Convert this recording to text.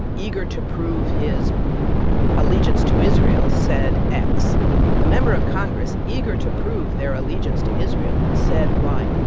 eager to prove his allegiance to israel, said x the member of congress, eager to prove their allegiance to israel, said y.